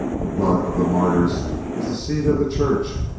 the blood of the martyrs is the seed of the church,